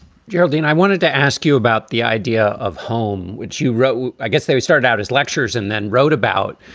geraldine, i wanted to ask you about the idea of home, which you wrote. i guess we started out as lectures and then wrote about.